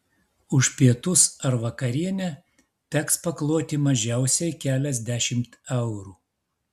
už pietus ar vakarienę teks pakloti mažiausiai keliasdešimt eurų